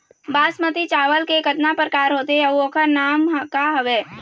बासमती चावल के कतना प्रकार होथे अउ ओकर नाम क हवे?